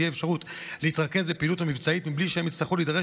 תהיה אפשרות להתרכז בפעילות המבצעית מבלי שהם יצטרכו להידרש